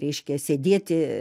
reiškia sėdėti